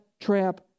trap